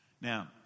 Now